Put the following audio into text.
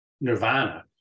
Nirvana